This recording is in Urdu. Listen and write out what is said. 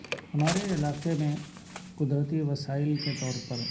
ہمارے علاقہ میں قدرتی وسائل کے طور پر